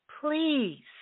please